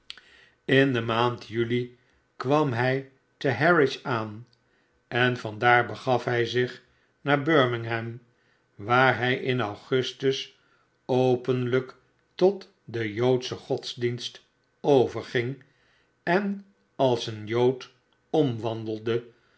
in de maand juli kwam hij te harwich aan en van daar begaf hij zich naar birmingham waar hij in augustus openlijk tot den joodschen godsdienst overging en als een jood